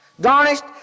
garnished